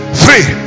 three